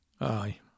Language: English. Aye